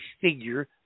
figure